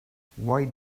why